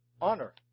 honor